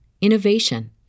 innovation